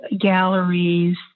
galleries